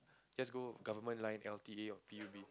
just go government line l_t_a or p_u_b